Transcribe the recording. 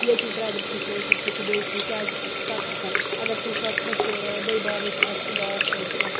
یہِ أکِس بیٚدرٕ سٕنٛز سونٛچ تہٕ تہِ چھِ بیٚیس سٕنٛز کیازِ اَسہِ چھِ پَتہ آسان اَگَر کُنہِ ساتہٕ کٲنٛسہِ بٲے بارنِس آسہِ اُداس